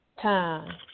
time